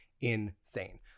insane